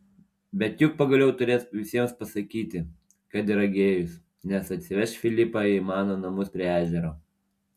bet juk pagaliau turės visiems pasakyti kad yra gėjus nes atsiveš filipą į mano namus prie ežero